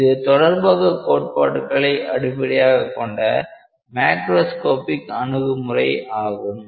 இது தொடர்பக கோட்பாடுகளை அடிப்படையாகக் கொண்ட மாக்ரோஸ்காபிக் அணுகுமுறையை ஆகும்